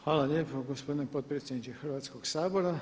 Hvala lijepo gospodine potpredsjedniče Hrvatskog sabora.